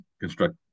construct